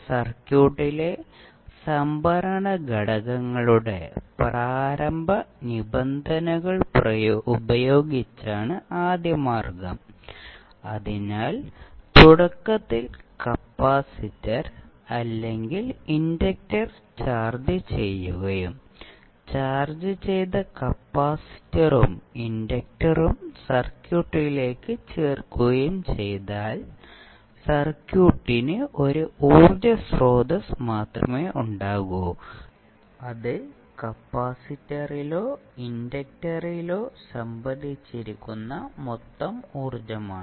സർക്യൂട്ടിലെ സംഭരണ ഘടകങ്ങളുടെ പ്രാരംഭ നിബന്ധനകൾ ഉപയോഗിച്ചാണ് ആദ്യ മാർഗം അതിനാൽ തുടക്കത്തിൽ കപ്പാസിറ്റർ അല്ലെങ്കിൽ ഇൻഡക്റ്റർ ചാർജ് ചെയ്യുകയും ചാർജ്ജ് ചെയ്ത കപ്പാസിറ്ററും ഇൻഡക്ടറും സർക്യൂട്ടിലേക്ക് ചേർക്കുകയും ചെയ്താൽ സർക്യൂട്ടിന് ഒരു ഊർജ്ജ സ്രോതസ്സ് മാത്രമേ ഉണ്ടാകൂ അത് കപ്പാസിറ്ററിലോ ഇൻഡക്ടറിലോ സംഭരിച്ചിരിക്കുന്ന മൊത്തം ഊർജ്ജമാണ്